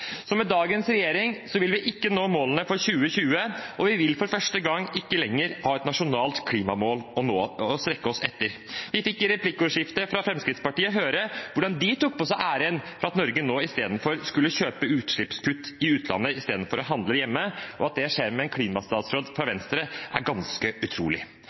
Så med dagens regjering vil vi ikke nå målene for 2020, og vi vil for første gang ikke lenger ha et nasjonalt klimamål å strekke oss etter. Vi fikk i replikkordskiftet fra Fremskrittspartiet høre hvordan de tok på seg æren for at Norge nå skulle kjøpe utslippskutt i utlandet istedenfor å handle hjemme, og at det skjer med en klimastatsråd fra Venstre, er ganske utrolig.